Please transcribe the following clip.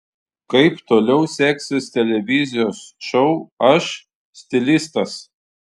kaip toliau seksis televizijos šou aš stilistas